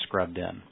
ScrubbedIn